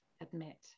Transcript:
admit